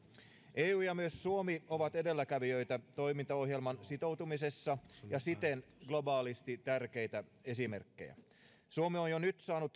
eu ja myös suomi ovat edelläkävijöitä toimintaohjelmaan sitoutumisessa ja siten globaalisti tärkeitä esimerkkejä suomi on jo nyt saanut